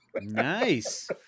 nice